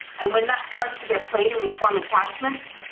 and when that starts to get played, and we form attachments,